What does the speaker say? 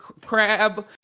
crab